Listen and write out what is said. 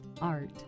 art